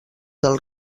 del